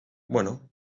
bueno